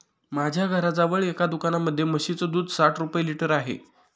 माझ्या घराजवळ एका दुकानामध्ये म्हशीचं दूध साठ रुपये लिटर आहे